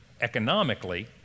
economically